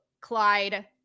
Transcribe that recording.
Clyde